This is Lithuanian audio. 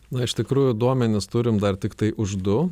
na iš tikrųjų duomenis turim dar tiktai už du